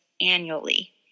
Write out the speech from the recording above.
annually